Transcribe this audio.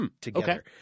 Together